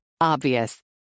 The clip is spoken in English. Obvious